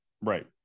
right